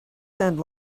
send